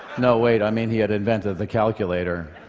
no wait, i mean he had invented the calculator?